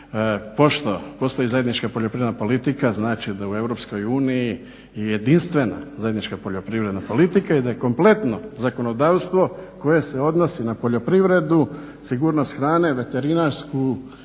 pošto postoji zajednička poljoprivredne politika znači da u EU je jedinstvena zajednička poljoprivredna politika i da je kompletno zakonodavstvo koje se odnosi na poljoprivredu, sigurnost hrane, veterinarsku